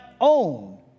own